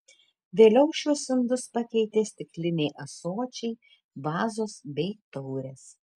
vėliau šiuos indus pakeitė stikliniai ąsočiai vazos bei taurės